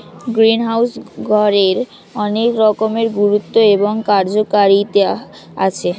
greenhouse ঘরের অনেক রকমের গুরুত্ব এবং কার্যকারিতা আছে